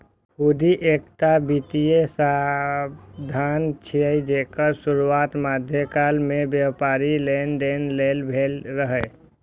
हुंडी एकटा वित्तीय साधन छियै, जेकर शुरुआत मध्यकाल मे व्यापारिक लेनदेन लेल भेल रहै